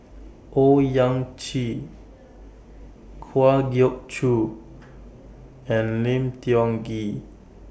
Owyang Chi Kwa Geok Choo and Lim Tiong Ghee